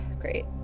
Great